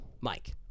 Mike